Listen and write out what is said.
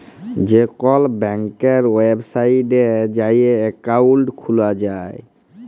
যে কল ব্যাংকের ওয়েবসাইটে যাঁয়ে একাউল্ট খুলা যায়